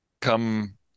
come